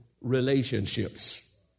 relationships